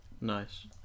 Nice